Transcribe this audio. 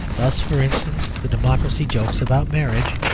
thus, for instance, the democracy jokes about marriage,